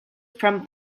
from